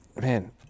man